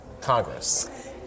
Congress